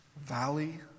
valley